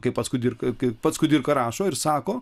kaip pats kudirka kai pats kudirka rašo ir sako